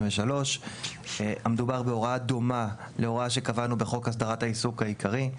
2023; המדובר בהוראה דומה להוראה שקבענו בחוק הסדרת העיסוק העיקרי.